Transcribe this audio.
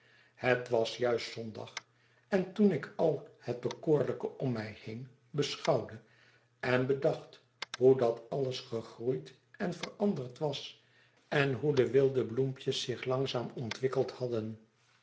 het wasjuistzondag en toen ik al het bekoorlijke om my heen beschouwde en bedacht hoe dat alles gegroeid en veranderd was en hoe de wilde bloempjes zich langzaam ontwikkeld hadden